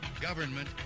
Government